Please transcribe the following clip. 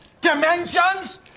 dimensions